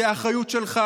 זו האחריות שלך.